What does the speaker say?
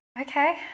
okay